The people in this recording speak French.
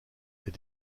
est